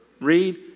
read